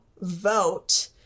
vote